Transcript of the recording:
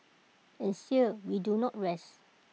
and still we do not rest